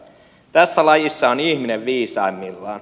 tässä lajissa on ihminen viisaimmillaan